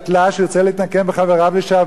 ירצה להתנקם בחבריו לשעבר,